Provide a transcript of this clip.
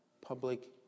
public